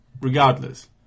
regardless